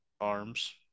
arms